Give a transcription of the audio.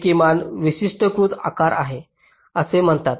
हे किमान वैशिष्ट्यीकृत आकार आहे असे म्हणतात